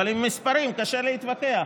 אבל עם מספרים קשה להתווכח,